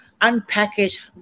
unpackage